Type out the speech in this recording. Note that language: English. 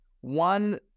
one